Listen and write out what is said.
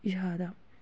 ꯏꯁꯥꯗ